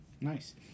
Nice